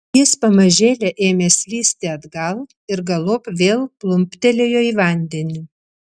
jis pamažėle ėmė slysti atgal ir galop vėl plumptelėjo į vandenį